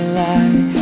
light